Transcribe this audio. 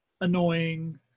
annoying